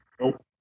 Nope